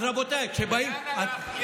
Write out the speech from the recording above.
אז רבותיי, כשבאים, לאן הלך?